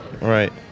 Right